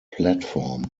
platform